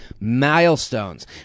milestones